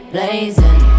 Blazing